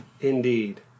indeed